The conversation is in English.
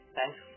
Thanks